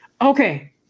okay